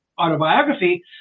autobiography